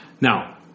Now